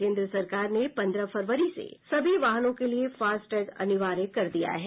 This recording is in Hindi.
केन्द्र सरकार ने पन्द्रह फरवरी से सभी वाहनों के लिए फास्टैग अनिवार्य कर दिया गया है